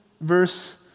Verse